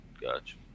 Gotcha